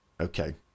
Okay